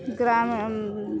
గ్రామం